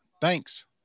thanks